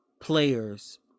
players